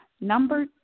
Number